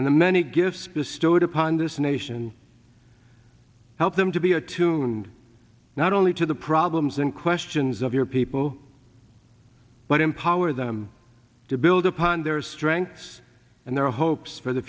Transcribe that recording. and the many gifts to stow it upon this nation help them to be attuned not only to the problems and questions of your people but empower them to build upon their strengths and their hopes for the